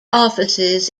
offices